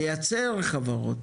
לייצר חברות,